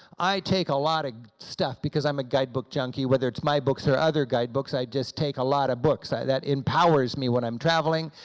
i take a lot of stuff because i'm a guide book junkie. whether it's my books or other guidebooks, i just take a lot of books. that empowers me when i'm traveling,